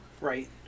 Right